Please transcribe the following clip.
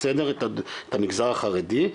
את המגזר החרדי,